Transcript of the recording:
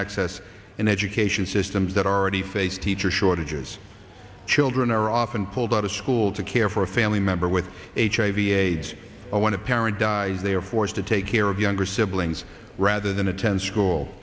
access and education systems that are already face teacher shortages children are often pulled out of school to care for a family member with hiv aids i want to parent dies they are forced to take care of younger siblings rather than attend school